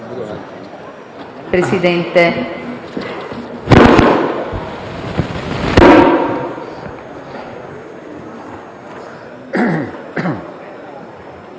Presidente,